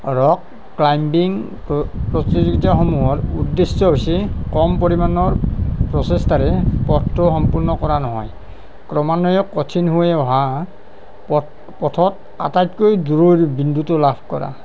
rock climbing প্ৰতিযোগিতাসমূহৰ উদ্দেশ্য হৈছে কম পৰিমাণৰ প্ৰচেষ্টাৰে পথটো সম্পূৰ্ণ কৰা নহয় ক্ৰমান্বয়ে কঠিন হৈ অহা পথ পথত আটাইতকৈ দূৰ বিন্দুটো লাভ কৰা